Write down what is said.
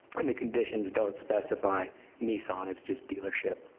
and the conditions don't specify nissan. it's just dealership.